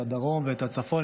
את הדרום ואת הצפון.